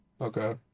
Okay